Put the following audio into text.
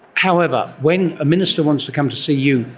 however, when a minister wants to come to see you,